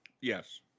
Yes